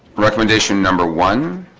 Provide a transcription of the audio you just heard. recommendation number one